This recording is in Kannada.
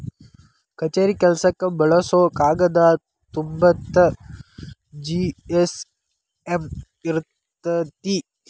ಕಛೇರಿ ಕೆಲಸಕ್ಕ ಬಳಸು ಕಾಗದಾ ತೊಂಬತ್ತ ಜಿ.ಎಸ್.ಎಮ್ ಇರತತಿ